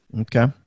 Okay